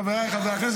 חבריי חברי הכנסת,